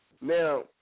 Now